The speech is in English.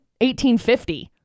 1850